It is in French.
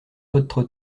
votre